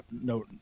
no